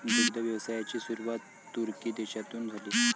दुग्ध व्यवसायाची सुरुवात तुर्की देशातून झाली